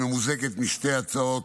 היא ממוזגת משתי הצעות,